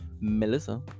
melissa